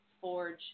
forge